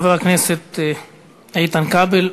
חבר הכנסת איתן כבל,